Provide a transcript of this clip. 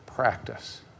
practice